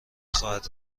خواهد